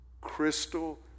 crystal